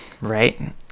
right